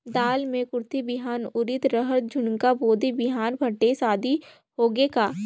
दाल मे कुरथी बिहान, उरीद, रहर, झुनगा, बोदी बिहान भटेस आदि होगे का?